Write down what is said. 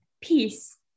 peace